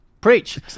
Preach